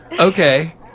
Okay